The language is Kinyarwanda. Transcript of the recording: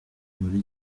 muri